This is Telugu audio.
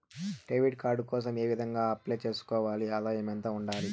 డెబిట్ కార్డు కోసం ఏ విధంగా అప్లై సేసుకోవాలి? ఆదాయం ఎంత ఉండాలి?